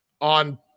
on